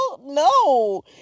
No